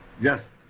Yes